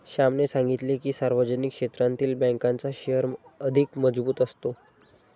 श्यामने सांगितले की, सार्वजनिक क्षेत्रातील बँकांचा शेअर अधिक मजबूत असतो